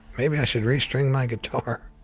maybe i should restring my guitar.